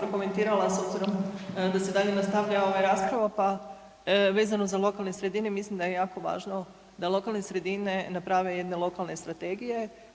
prokomentirala s obzirom da se nastavlja dalje ova rasprava pa vezano za lokalne sredine. Mislim da je jako važno da lokalne sredine naprave jedne lokalne strategije